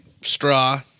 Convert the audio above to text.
straw